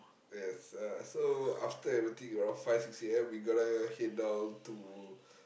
yes uh so after everything around five six A_M we gonna head down to